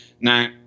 Now